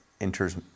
enters